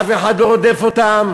אף אחד לא רודף אותם,